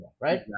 right